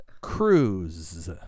Cruise